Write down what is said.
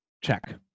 check